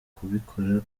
kubikora